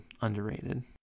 underrated